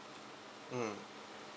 mm